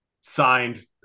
signed